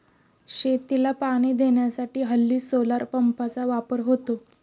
शेतीला पाणी देण्यासाठी हल्ली सोलार पंपचा वापर होतो